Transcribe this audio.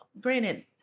Granted